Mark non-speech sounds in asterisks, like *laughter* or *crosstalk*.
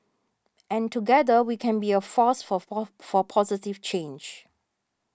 and together we can be a force for *unintelligible* for positive change